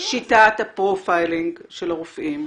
האם שיטת הפרופיילינג של רופאים,